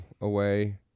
away